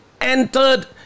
entered